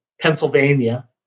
Pennsylvania